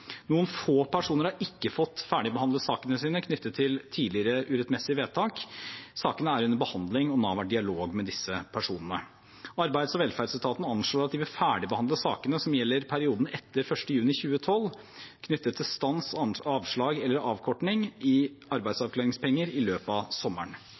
Noen få personer har ikke fått ferdigbehandlet sakene sine knyttet til tidligere urettmessige vedtak. Sakene er under behandling, og Nav har dialog med disse personene. Arbeids- og velferdsetaten anslår at de vil ferdigbehandle sakene som gjelder perioden etter 1. juni 2012 knyttet til stans, avslag eller avkortning av arbeidsavklaringspenger, i løpet av sommeren.